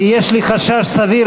כי יש לי חשש סביר,